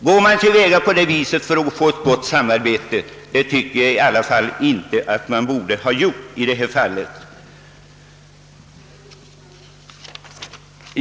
Gör man på det sättet, om man eftersträvar ett gott samarbete? Herr talman!